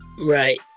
right